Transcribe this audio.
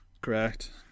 Correct